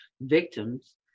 victims